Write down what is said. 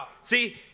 See